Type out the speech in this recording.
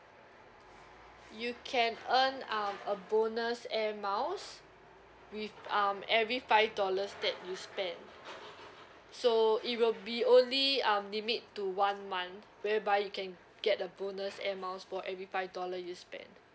you can earn um a bonus air miles with um every five dollars that you spend so it will be only um limit to one month whereby you can get a bonus air miles for every five dollar you spend